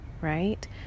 right